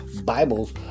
Bibles